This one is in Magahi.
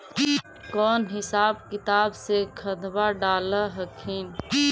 कौन हिसाब किताब से खदबा डाल हखिन?